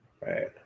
Right